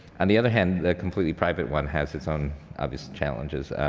and the other hand, the completely private one has its own obvious challenges.